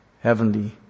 heavenly